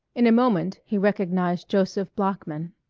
in a moment he recognized joseph bloeckman.